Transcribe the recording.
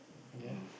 okay